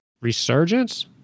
resurgence